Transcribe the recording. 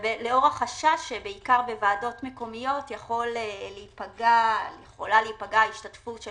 ולאור החשש שבעיקר בוועדות מקומיות יכולה להיפגע השתתפות של